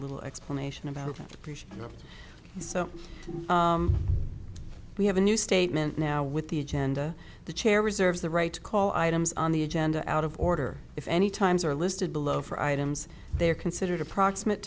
little explanation about that so we have a new statement now with the agenda the chair reserves the right to call items on the agenda out of order if any times are listed below for items they are considered approximate